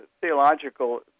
theological